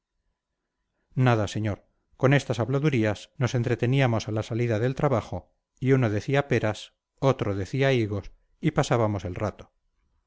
nada señor con estas habladurías nos entreteníamos a la salida del trabajo y uno decía peras otro decía higos y pasábamos el rato